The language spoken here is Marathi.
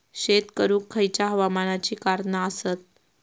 शेत करुक खयच्या हवामानाची कारणा आसत?